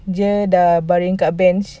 dia dah baring dekat bench